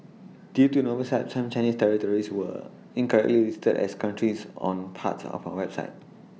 due to an oversight some Chinese territories were incorrectly listed as countries on parts of our website